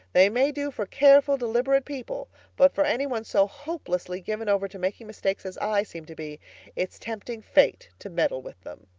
they may do for careful, deliberate people but for anyone so hopelessly given over to making mistakes as i seem to be it's tempting fate to meddle with them.